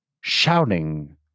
Shouting